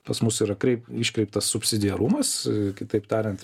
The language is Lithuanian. pas mus yra kreip iškreiptas subsidiarumas kitaip tariant